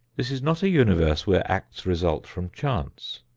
this is not a universe where acts result from chance.